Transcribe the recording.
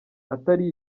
atari